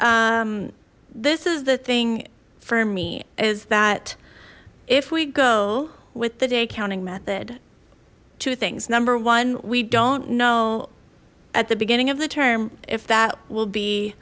this is the thing for me is that if we go with the day accounting method two things number one we don't know at the beginning of the term if that will be